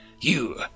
You